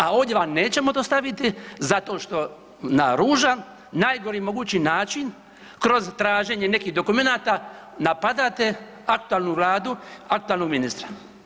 A ovdje vam nećemo dostaviti zato što na ružan, najgori mogući način kroz traženje nekih dokumenata napadate aktualnu Vladu, aktualnog ministra.